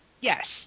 Yes